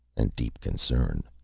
and deep concern.